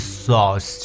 sauce